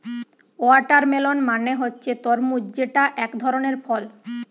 watermelon মানে হচ্ছে তরমুজ যেটা একধরনের ফল